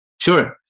Sure